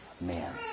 man